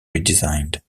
redesigned